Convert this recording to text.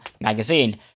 magazine